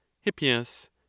Hippias